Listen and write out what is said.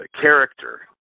character